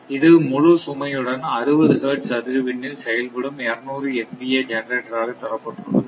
இது முழு சுமையுடன் 60 ஹெர்ட்ஸ் அதிர்வெண் ல் செயல்படும் 200 mva ஜெனரேட்டர் ஆக தரப்பட்டுள்ளது